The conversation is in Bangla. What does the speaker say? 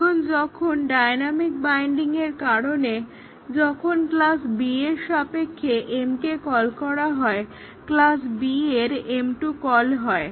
এখন যখন ডায়নামিক বাইন্ডিংয়ের কারণে যখন ক্লাস B এর সাপেক্ষে m কে কল করা হয় ক্লাস B এর m2 কল হয়